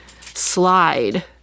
slide